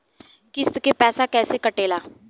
किस्त के पैसा कैसे कटेला?